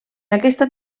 aquesta